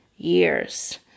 years